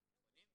החינוך